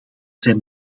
zijn